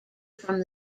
from